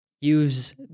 use